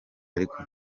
ariko